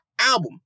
album